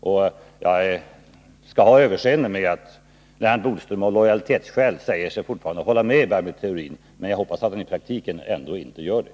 Jag skall ha överseende med att Lennart Bodström av lojalitetsskäl fortfarande säger att han håller med Maj Britt Theorin, men jag hoppas att han i praktiken ändå inte gör det.